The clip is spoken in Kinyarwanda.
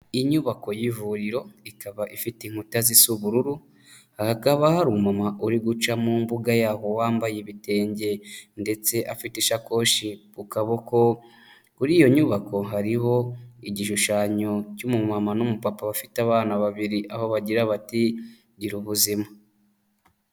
Inyubako y'ivuriro ikaba ifite inkuta zisa ubururu hakaba hari umumama uri guca mu mbuga yaho wambaye ibitenge ndetse afite ishakoshi ku kuboko, kuri iyo nyubako hariho igishushanyo cy'umumama n'umupapa bafite abana babiri, aho bagira bati" Girubuzima."